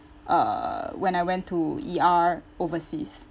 uh when I went to E_R overseas